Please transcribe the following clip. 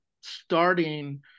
starting